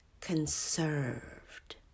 conserved